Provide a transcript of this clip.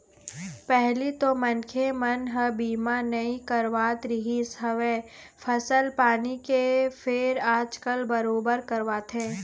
पहिली तो मनखे मन ह बीमा नइ करवात रिहिस हवय फसल पानी के फेर आजकल बरोबर करवाथे